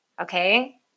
Okay